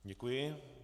Děkuji.